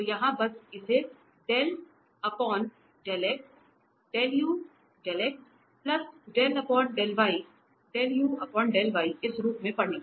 तो यहाँ बस इसे इस रूप में पढ़ें